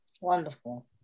Wonderful